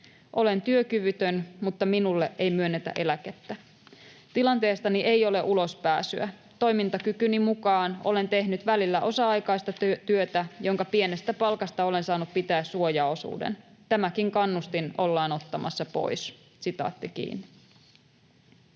Olen työkyvytön, mutta minulle ei myönnetä eläkettä. Tilanteestani ei ole ulospääsyä. Toimintakykyni mukaan olen tehnyt välillä osa-aikaista työtä, jonka pienestä palkasta olen saanut pitää suojaosuuden. Tämäkin kannustin ollaan ottamassa pois.” ”Olen yksin